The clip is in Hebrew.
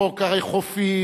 חוק ערי חופים,